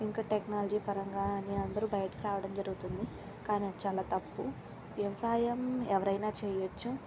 ఇంకా టెక్నాలజీ పరంగా అని అందరూ బయటకి రావడం జరుగుతుంది కానీ అది చాలా తప్పు వ్యవసాయం ఎవరైనా చెయ్యొచ్చు